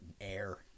air